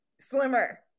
slimmer